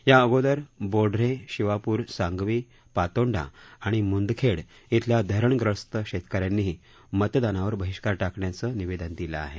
या अगोदर बोढरे शिवाप्र सांगवी पातोंडा आणि म्ंदखेड इथल्या धरणग्रस्त शेतकऱ्यांनीही मतदानावर बहिष्कार टाकण्याचं निवेदन दिलं आहे